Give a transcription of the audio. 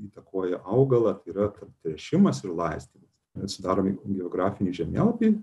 įtakoja augalą tai yra tarp tręšimas ir laistymas atsidarome geografinį žemėlapį